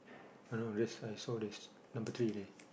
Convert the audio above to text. I don't know I I saw this number three there